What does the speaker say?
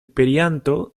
perianto